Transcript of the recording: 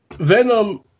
Venom